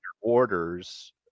orders